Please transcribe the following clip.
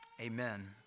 amen